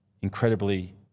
incredibly